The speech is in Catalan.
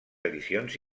edicions